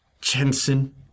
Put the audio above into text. Jensen